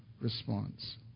response